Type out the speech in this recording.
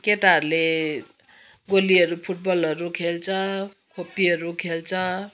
केटाहरूले गोलीहरू फुटबलहरू खेल्छ खोप्पीहरू खेल्छ